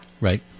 Right